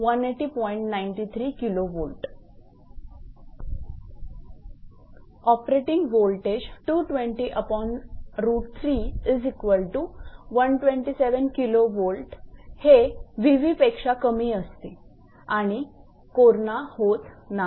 operating voltage हे 𝑉𝑣 पेक्षा कमी असते आणि कोरणा होत नाही